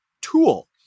tool